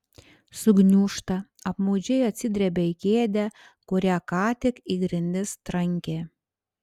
sugniūžta apmaudžiai atsidrebia į kėdę kurią ką tik į grindis trankė